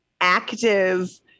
active